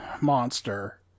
monster